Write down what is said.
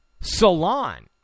Salon